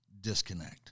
disconnect